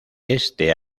este